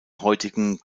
heutigen